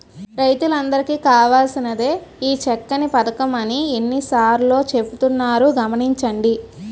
రైతులందరికీ కావాల్సినదే ఈ చక్కని పదకం అని ఎన్ని సార్లో చెబుతున్నారు గమనించండి